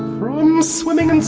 from swimming